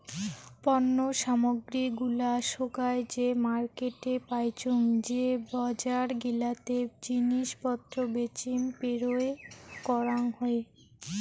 পণ্য সামগ্রী গুলা সোগায় যে মার্কেটে পাইচুঙ যে বজার গিলাতে জিনিস পত্র বেচিম পেরোয় করাং হই